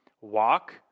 walk